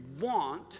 want